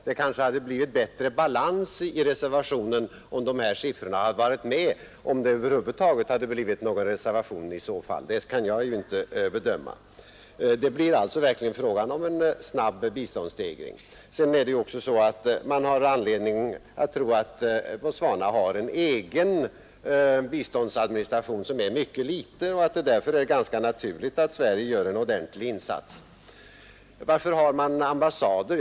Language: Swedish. Det kanske hade blivit bättre balans i reservationen om de här siffrorna hade varit med — om det över huvud taget hade blivit någon reservation i så fall; det kan jag ju inte bedöma. Det blir alltså verkligen fråga om en snabb biståndsstegring. Man har vidare anledning att tro att Botswana har en egen biståndsadministration som är mycket liten och att det därför är ganska naturligt att Sverige gör en ordentlig insats. Varför har man då ambassader?